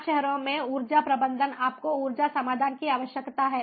smart शहरों में ऊर्जा प्रबंधन आपको ऊर्जा समाधान की आवश्यकता है